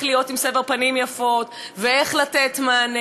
להיות עם סבר פנים יפות ואיך לתת מענה.